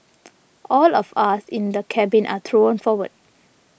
all of us in the cabin are thrown forward